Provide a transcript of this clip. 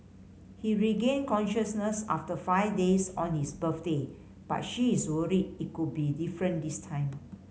he regained consciousness after five days on his birthday but she is worried it could be different this time